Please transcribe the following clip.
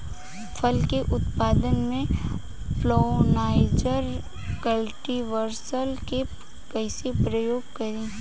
फल के उत्पादन मे पॉलिनाइजर कल्टीवर्स के कइसे प्रयोग करी?